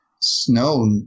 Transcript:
snow